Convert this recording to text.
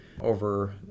over